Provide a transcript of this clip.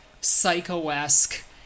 psycho-esque